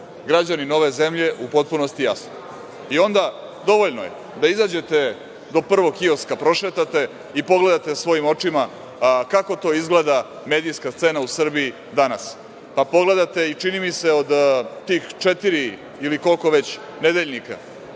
građanin ove zemlje u potpunosti jasno. Dovoljno je da izađete do prvog kioska, prošetate i pogledate svojim očima kako to izgleda medijska scena u Srbiji danas. Pogledate i, čini mi se, od tih četiri ili koliko već nedeljnika